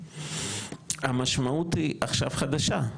המשמעות היא עכשיו חדשה,